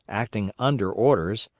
acting under orders,